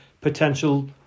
potential